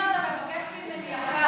אם אתה מבקש ממני יפה,